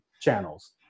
channels